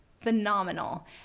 phenomenal